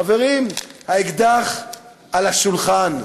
חברים, האקדח על השולחן.